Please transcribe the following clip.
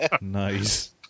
Nice